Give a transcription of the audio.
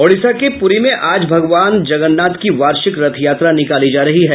ओडिशा के पूरी में आज भगवान जगन्नाथ की वार्षिक रथ यात्रा निकाली जा रही है